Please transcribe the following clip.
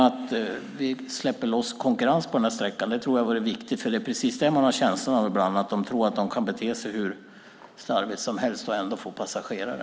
Att vi släpper loss konkurrensen på sträckan tror jag är viktigt, för ibland har man känslan av att de tror att de kan bete sig hur slarvigt som helst och ändå få passagerare.